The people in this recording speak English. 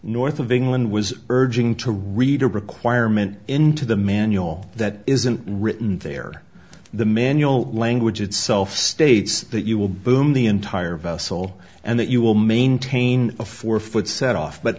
north of england was urging to read a requirement into the manual that isn't written there the manual language itself states that you will boom the entire vessel and that you will maintain a four foot set off but